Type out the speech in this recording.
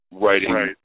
writing